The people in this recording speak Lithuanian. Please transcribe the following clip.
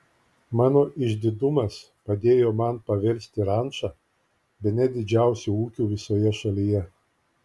mano išdidumas padėjo man paversti rančą bene didžiausiu ūkiu visoje šalyje